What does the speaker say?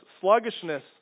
sluggishness